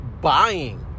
buying